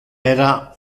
era